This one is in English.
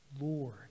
Lord